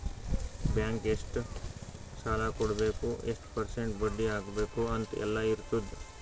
bank ಎಷ್ಟ ಸಾಲಾ ಕೊಡ್ಬೇಕ್ ಎಷ್ಟ ಪರ್ಸೆಂಟ್ ಬಡ್ಡಿ ಹಾಕ್ಬೇಕ್ ಅಂತ್ ಎಲ್ಲಾ ಇರ್ತುದ್